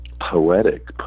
poetic